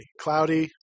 cloudy